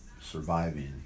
surviving